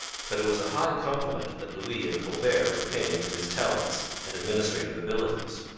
but it was a high compliment that louis and colbert were paying to his talents and administrative abilities.